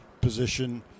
position